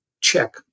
check